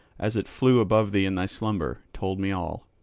as it flew above thee in thy slumber, told me all.